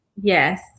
Yes